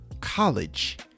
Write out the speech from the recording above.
college